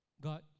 God